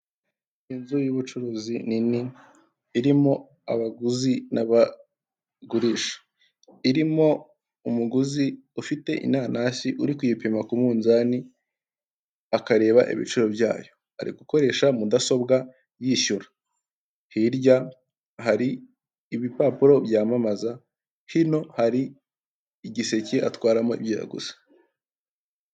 Inzu y'ubucuruzi nini irimo abaguzi n'abagurisha, irimo umuguzi ufite inanasi uri kuyipima ku munzani, akareba ibiciro byayo, ari gukoresha mudasobwa yishyura, hirya hari ibipapuro byamamaza, hino hari igiseke atwaramo ibyo yaguze.